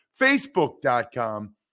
Facebook.com